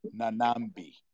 Nanambi